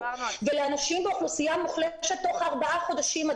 ולאנשים באוכלוסייה המוחלשת לארבעה חודשים.